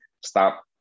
stop